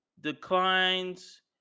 declines